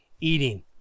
eating